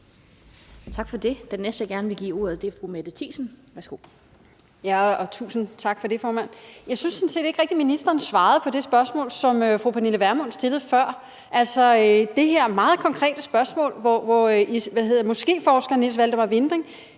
Tak for det. Den næste, jeg gerne vil give ordet, er fru Mette Thiesen. Værsgo. Kl. 12:39 Mette Thiesen (NB): Tusind tak for det, formand. Jeg synes sådan set ikke rigtig, ministeren svarede på det spørgsmål, som fru Pernille Vermund stillede før, altså det her meget konkrete spørgsmål, hvor moskéforsker Niels Valdemar Vinding